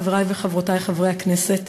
חברי וחברותי חברי הכנסת,